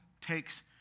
takes